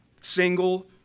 single